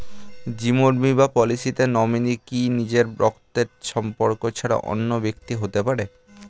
জীবন বীমা পলিসিতে নমিনি কি নিজের রক্তের সম্পর্ক ছাড়া অন্য ব্যক্তি হতে পারে?